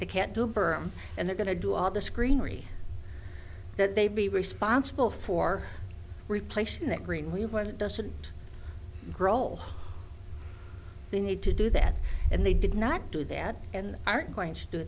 they can't do a berm and they're going to do all this greenery that they be responsible for replacing that green when it doesn't grohl they need to do that and they did not do that and are going to do